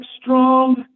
strong